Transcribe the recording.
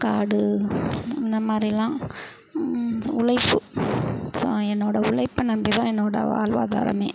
காடு இந்த மாதிரில்லாம் உழைப்பு ஸோ என்னோடய உழைப்ப நம்பிதான் என்னோடய வாழ்வாதாரமே